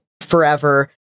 forever